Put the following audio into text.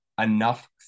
enough